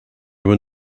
were